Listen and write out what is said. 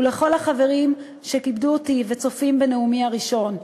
ולכל החברים שכיבדו אותי וצופים בנאומי הראשון.